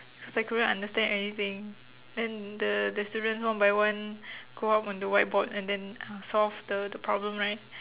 cause I couldn't understand anything then the the students one by one go out on the whiteboard and then uh solve the the problem right